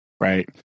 Right